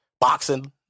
boxing